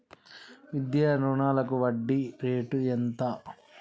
విద్యా రుణాలకు వడ్డీ రేటు ఎంత?